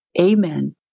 Amen